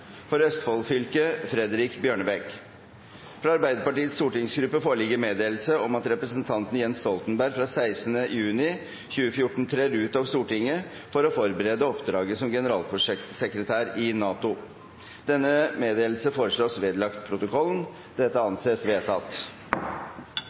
For Østfold fylke: Fredrik Bjørnebekk Fra Arbeiderpartiets stortingsgruppe foreligger meddelelse om at representanten Jens Stoltenberg fra 16. juni 2014 trer ut av Stortinget for å forberede oppdraget som generalsekretær i NATO. Denne meddelelse foreslås vedlagt protokollen.